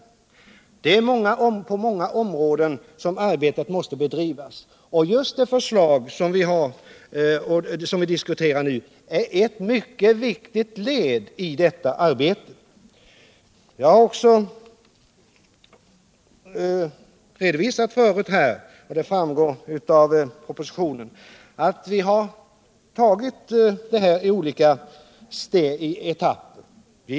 Arbetet måste bedrivas på många områden. Just det förslag som vi nu diskuterar är ett mycket viktigt led i detta arbete. Jag har redan tidigare redovisat. och det framgår också av propositionen, att vi har tagit det här i olika etapper.